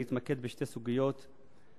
אני אתמקד בשתי סוגיות בקצרה.